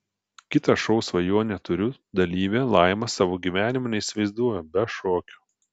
kita šou svajonę turiu dalyvė laima savo gyvenimo neįsivaizduoja be šokio